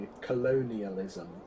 colonialism